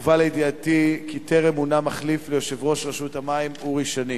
הובא לידיעתי כי טרם מונה מחליף ליושב-ראש רשות המים אורי שני.